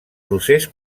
procés